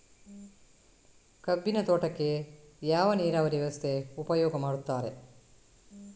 ಕಬ್ಬಿನ ತೋಟಕ್ಕೆ ಯಾವ ನೀರಾವರಿ ವ್ಯವಸ್ಥೆ ಉಪಯೋಗ ಮಾಡುತ್ತಾರೆ?